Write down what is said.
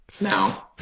No